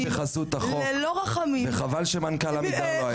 עבריינים בחסות החוק, וחבל שמנכל עמידר לא היה פה.